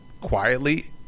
quietly